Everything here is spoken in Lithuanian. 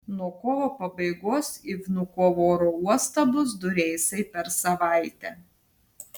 nuo kovo pabaigos į vnukovo oro uostą bus du reisai per savaitę